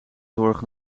zorg